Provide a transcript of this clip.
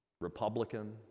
Republican